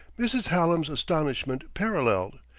mrs. hallam's astonishment paralleled,